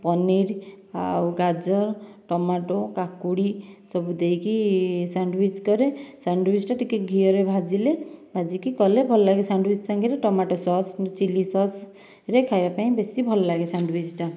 ପନିର ଆଉ ଗାଜର ଟମାଟୋ କାକୁଡ଼ି ସବୁ ଦେଇକି ସାଣ୍ଡୱିଚ କରେ ସାଣ୍ଡୱିଚ ଟାକୁ ଟିକିଏ ଘିଅରେ ଭାଜିଲେ ଭାଜିକି କଲେ ଭଲ ଲାଗେ ସାଣ୍ଡୱିଚ ସାଙ୍ଗରେ ଟମାଟୋ ସସ୍ ଚିଲି ସସ୍ ରେ ଖାଇବା ପାଇଁ ବେଶି ଭଲ ଲାଗେ ସାଣ୍ଡୱିଚ ଟା